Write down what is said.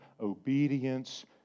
obedience